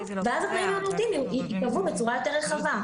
ואז התנאים הנאותים ייקבעו בצורה יותר רחבה.